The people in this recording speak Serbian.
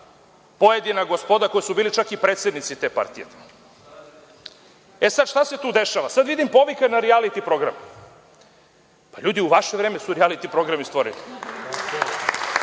pojedina gospoda, koji su bili čak i predsednici te partije.E sad, šta se tu dešava? Sad vidim povika na rijaliti programe. Ljudi, u vaše vreme su rijaliti programi stvoreni.